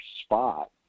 spot